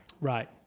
Right